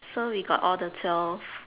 so we got all the twelve